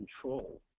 control